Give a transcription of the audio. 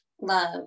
love